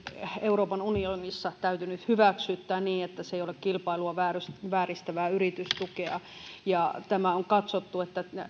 euroopan unionissa täytynyt hyväksyttää niin että se ei ole kilpailua vääristävää vääristävää yritystukea on katsottu että